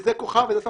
וזה כוחה וזו סמכותה,